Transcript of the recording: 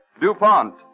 DuPont